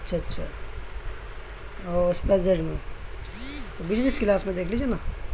اچھا اچھا اور اسپائس زیڈ میں بجنس کلاس میں دیکھ لیجیے نا